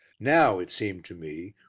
now, it seemed to me,